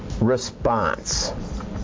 response